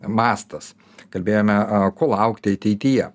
mastas kalbėjome ko laukti ateityje